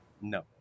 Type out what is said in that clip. no